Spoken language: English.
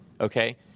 okay